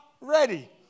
ready